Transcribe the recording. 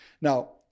now